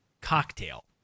cocktail